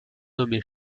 nommé